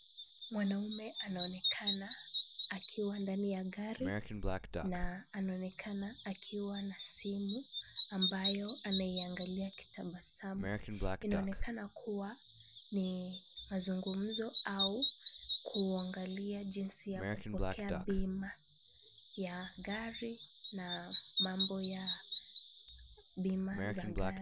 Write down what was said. Mwanaume anaonekana akiwa ndani ya gari na anaonekana akiwa na simu ambayo anaiangalia akitabasamu. Inaonekana kuwa ni mazungumzo au kuangalia jinsi ya kupokea bima ya gari na mambo ya bima za gari.